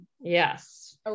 Yes